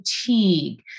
fatigue